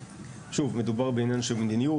שוב, מדובר בעניין של מדיניות.